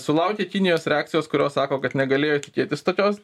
sulaukia kinijos reakcijos kurios sako kad negalėjo tikėtis tokios